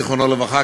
זיכרונו לברכה,